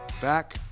Back